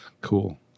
Cool